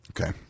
Okay